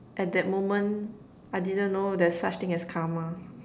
at that moment I didn't know there's such thing as karma